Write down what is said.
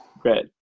Great